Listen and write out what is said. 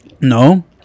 No